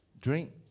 Drink